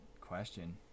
question